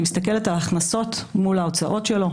אני מסתכלת על הכנסות מול ההוצאות שלו,